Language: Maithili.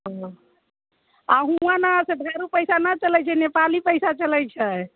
आ हुआँ ने से ढेरू पैसा नहि चलैत छै नेपाली पैसा चलैत छै